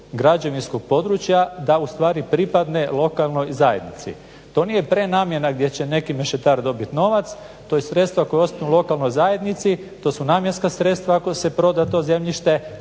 građevinskog područja da u stvari pripadne lokalnoj zajednici. To nije prenamjena gdje će neki mešetar dobit novac. To je sredstva koja ostanu lokalnoj zajednici, to su namjenska sredstva ako se proda to zemljište,